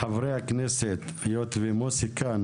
היות ומוסי כאן,